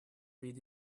read